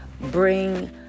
bring